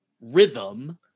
rhythm